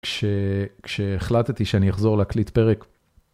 כשהחלטתי שאני אחזור להקליט פרק.